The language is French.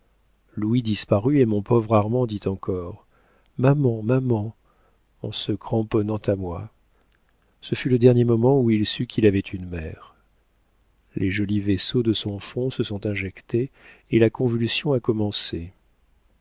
criai-je louis disparut et mon pauvre armand dit encore maman maman en se cramponnant à moi ce fut le dernier moment où il sut qu'il avait une mère les jolis vaisseaux de son front se sont injectés et la convulsion a commencé